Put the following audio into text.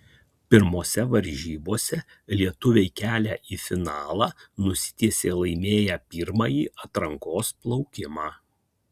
pirmose varžybose lietuviai kelią į finalą nusitiesė laimėję pirmąjį atrankos plaukimą